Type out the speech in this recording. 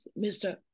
Mr